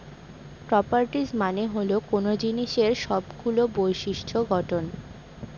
properties মানে হল কোনো জিনিসের সবগুলো বিশিষ্ট্য গঠন